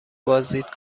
بازدید